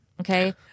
okay